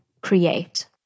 create